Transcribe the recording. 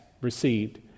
received